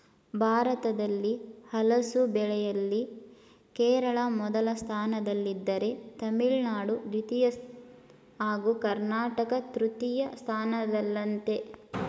ಭಾರತದಲ್ಲಿ ಹಲಸು ಬೆಳೆಯಲ್ಲಿ ಕೇರಳ ಮೊದಲ ಸ್ಥಾನದಲ್ಲಿದ್ದರೆ ತಮಿಳುನಾಡು ದ್ವಿತೀಯ ಹಾಗೂ ಕರ್ನಾಟಕ ತೃತೀಯ ಸ್ಥಾನದಲ್ಲಯ್ತೆ